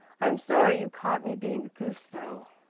i'm sorry you caught me being a goose, though.